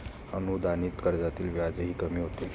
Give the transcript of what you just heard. अनुदानित कर्जातील व्याजही कमी होते